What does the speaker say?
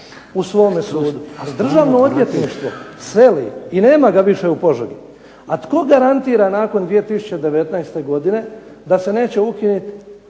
u svome sustavu. Državno odvjetništvo seli i nema ga više u Požegi. A tko garantira nakon 2019. godine da se neće ukinuti